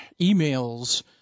emails